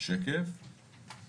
אם